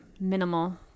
minimal